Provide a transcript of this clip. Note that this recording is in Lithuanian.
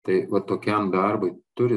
tai va tokiam darbui turi